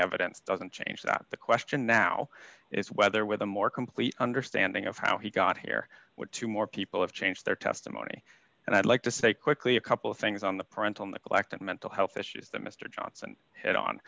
evidence doesn't change that the question now is whether with a more complete understanding of how he got here two more people have changed their testimony and i'd like to say quickly a couple of things on the parental neglect and mental health issues that mr johnson h